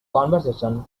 conversation